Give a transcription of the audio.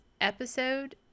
episode